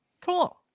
cool